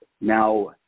Now